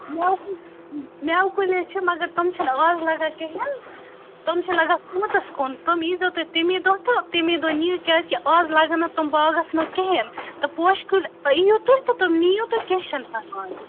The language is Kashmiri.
میٚوٕ کُلۍ میٚوٕ کُلۍ حظ چھِ مگر تِم چھِنہٕ آز لَگان کِہیٖنۍ تِم چھِ لگان سونتَس کُن تِم یی زیو تُہۍ تٔمۍ دۄہ تہٕ تٔمی دۄہ نِیو کیٛازِ کہِ آز لَگَن نہٕ تِم باغَس منٛز کِہیٖنۍ تہٕ پوشہِ کُلۍ یِیوٗ تُہۍ تہٕ تِم نِیوٗ تہِ کیٚنہہ چھُنہٕ پرواے